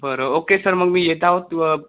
बरं okay sir मग मी येत आहोत व